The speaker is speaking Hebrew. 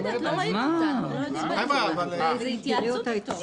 זו התייעצות אתו.